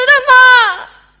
and